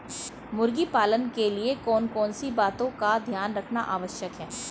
मुर्गी पालन के लिए कौन कौन सी बातों का ध्यान रखना आवश्यक है?